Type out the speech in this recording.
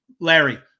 Larry